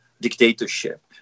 dictatorship